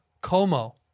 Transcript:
Como